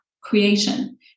creation